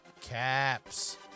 Caps